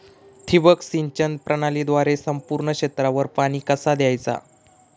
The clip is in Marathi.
ठिबक सिंचन प्रणालीद्वारे संपूर्ण क्षेत्रावर पाणी कसा दयाचा?